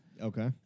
Okay